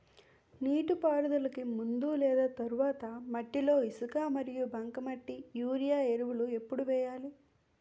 నీటిపారుదలకి ముందు లేదా తర్వాత మట్టిలో ఇసుక మరియు బంకమట్టి యూరియా ఎరువులు ఎప్పుడు వేయాలి?